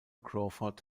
crawford